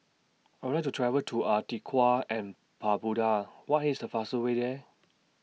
I Would like to travel to Antigua and Barbuda What IS The fastest Way There